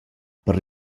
per